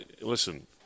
listen